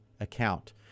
account